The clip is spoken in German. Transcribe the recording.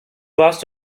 warst